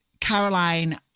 Caroline